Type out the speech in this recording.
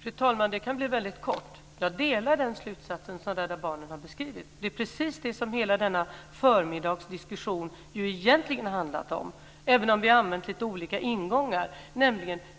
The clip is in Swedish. Fru talman! Det kan bli väldigt kort. Jag delar den slutsats som Rädda Barnen har beskrivit. Det är precis det som hela denna förmiddags diskussion egentligen har handlat om, även om vi har använt lite olika ingångar: